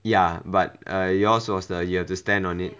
ya but err yours was the you have to stand on it